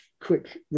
quick